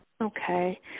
Okay